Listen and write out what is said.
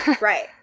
Right